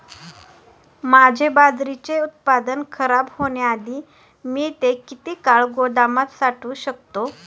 माझे बाजरीचे उत्पादन खराब होण्याआधी मी ते किती काळ गोदामात साठवू शकतो?